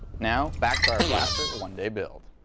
now back to our blaster one day build.